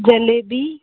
jalebi